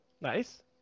Nice